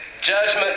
judgment